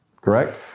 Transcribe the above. correct